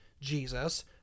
Jesus